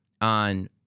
on